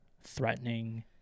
threatening